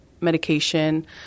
medication